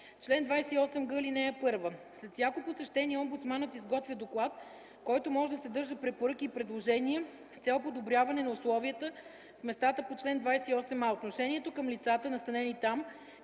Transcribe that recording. Чл. 28г. (1) След всяко посещение омбудсманът изготвя доклад, който може да съдържа препоръки и предложения с цел подобряване на условията в местата по чл. 28а, отношението към лицата, настанени там,